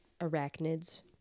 Arachnids